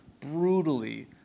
brutally